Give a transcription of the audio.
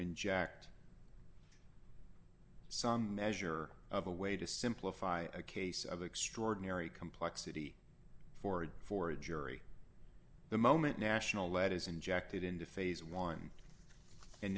inject some measure of a way to simplify a case of extraordinary complexity for it before a jury the moment national lead is injected into phase one and